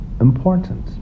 important